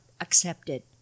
accepted